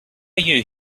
you